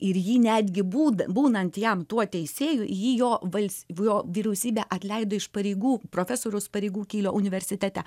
ir jį netgi būda būnant jam tuo teisėju jį jo vals jo vyriausybė atleido iš pareigų profesoriaus pareigų kylio universitete